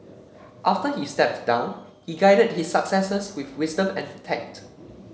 after he stepped down he guided his successors with wisdom and tact